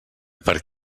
per